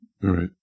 right